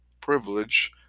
privilege